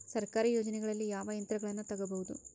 ಸರ್ಕಾರಿ ಯೋಜನೆಗಳಲ್ಲಿ ಯಾವ ಯಂತ್ರಗಳನ್ನ ತಗಬಹುದು?